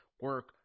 Work